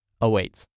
awaits